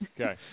Okay